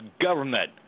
government